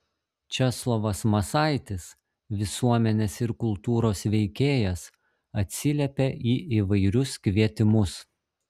česlovas masaitis visuomenės ir kultūros veikėjas atsiliepia į įvairius kvietimus